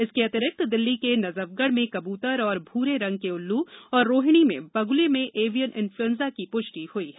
इसके अतिरिक्त दिल्ली के नजफगढ़ में कबूतर और भूरे रंग के उल्लू और रोहिणी में बगुले में एविएन इन्फ्लूएंजा की पुष्टि हुई है